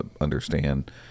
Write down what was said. understand